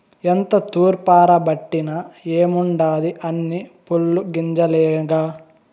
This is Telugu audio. ఎంత తూర్పారబట్టిన ఏముండాది అన్నీ పొల్లు గింజలేగా